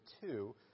two